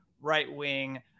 right-wing